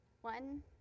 One